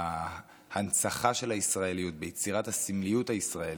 בהנצחה של הישראליות, ביצירת הסמליות הישראלית.